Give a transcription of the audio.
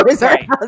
right